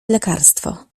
lekarstwo